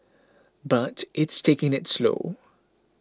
but it's taking it slow